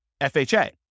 FHA